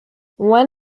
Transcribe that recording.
when